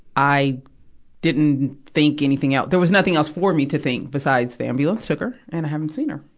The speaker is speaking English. i didn't think anything else. there was nothing else for me to think beside the ambulance took her, and i haven't seen her.